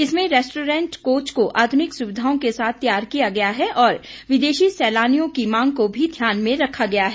इसमें restaurant coach को आधुनिक सुविधाओं के साथ तैयार किया गया है और विदेशी सैलानियों की मांग को भी ध्यान में रखा गया है